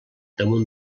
damunt